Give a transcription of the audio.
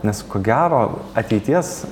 nes ko gero ateities